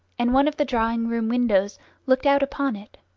and one of the drawing-room windows looked out upon it.